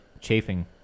chafing